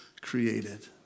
created